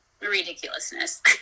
ridiculousness